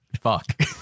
Fuck